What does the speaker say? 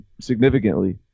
significantly